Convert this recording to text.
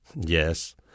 Yes